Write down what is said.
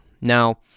Now